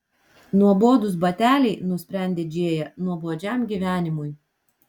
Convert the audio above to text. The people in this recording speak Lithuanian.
nuobodūs bateliai nusprendė džėja nuobodžiam gyvenimui